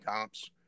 comps